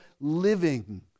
living